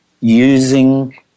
using